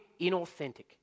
inauthentic